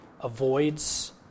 avoids